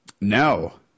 No